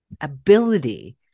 ability